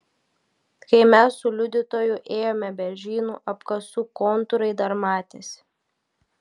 kai mes su liudytoju ėjome beržynu apkasų kontūrai dar matėsi